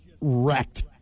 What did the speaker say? wrecked